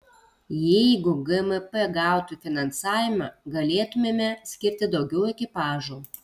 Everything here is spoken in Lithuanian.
jeigu gmp gautų finansavimą galėtumėme skirti daugiau ekipažų